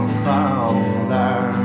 father